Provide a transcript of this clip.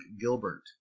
Gilbert